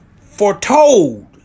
foretold